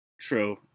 True